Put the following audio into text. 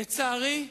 לצערי,